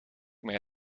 mij